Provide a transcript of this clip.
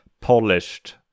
polished